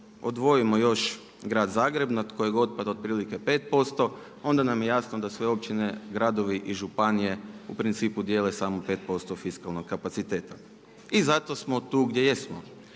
odvojimo još Grad Zagreb na kojeg otpada otprilike 5% onda nam je jasno da sve općine, gradovi i županije u principu dijele samo 5% fiskalnog kapaciteta. I zato smo tu gdje jesmo.